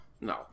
No